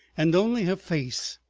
and only her face,